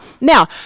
Now